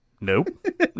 Nope